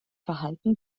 verhalten